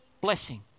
blessing